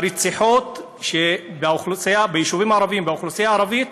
הרציחות ביישובים הערביים, באוכלוסייה הערבית,